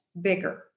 bigger